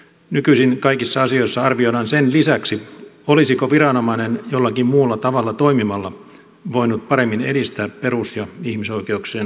nykyisin kaikissa asioissa arvioidaan sen lisäksi olisiko viranomainen jollakin muulla tavalla toimimalla voinut paremmin edistää perus ja ihmisoikeuksien toteutumista